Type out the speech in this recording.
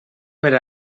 per